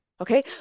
Okay